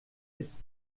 ist